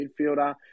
midfielder